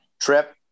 Trip